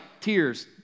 tears